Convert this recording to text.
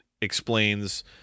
explains